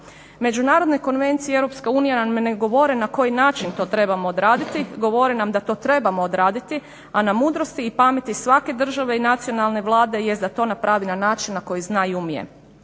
Međunarodna konvencije EU nam ne govore na koji način to trebamo odraditi. Govore nam da to trebamo odraditi, a na mudrosti i pameti svake države i nacionalne vlade jest da to napravi na način na koji zna i umije.